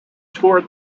tour